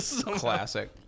Classic